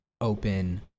open